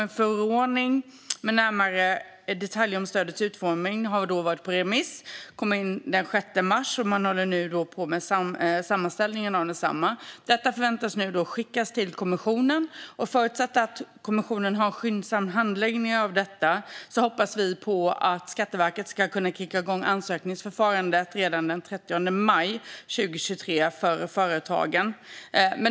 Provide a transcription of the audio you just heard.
En förordning med närmare detaljer om stödets utformning har varit på remiss, och svaren kom in den 6 mars. Man håller nu på med sammanställningen av dessa. Detta förväntas skickas till kommissionen. Förutsatt att kommissionen har skyndsam handläggning av detta hoppas vi att Skatteverket ska kunna kicka igång ansökningsförfarandet redan den 30 maj 2023 för företagen.